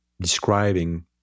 describing